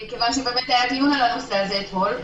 כיוון שבאמת היה דיון על הנושא הזה אתמול.